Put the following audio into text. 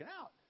out